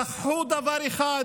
שכחו דבר אחד,